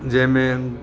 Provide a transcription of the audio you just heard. जंहिंमें